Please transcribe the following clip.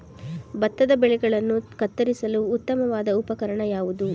ಭತ್ತದ ಬೆಳೆಗಳನ್ನು ಕತ್ತರಿಸಲು ಉತ್ತಮವಾದ ಉಪಕರಣ ಯಾವುದು?